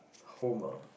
home ah